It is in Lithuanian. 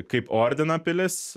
kaip ordino pilis